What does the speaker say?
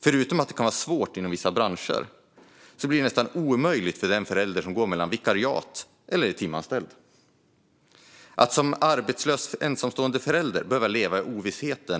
Förutom att detta kan vara svårt inom vissa branscher blir det nästan omöjligt för den förälder som går mellan vikariat eller är timanställd. Att som arbetslös ensamstående förälder behöva leva i ovisshet